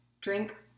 Drink